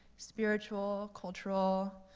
spiritual, cultural,